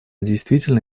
действительно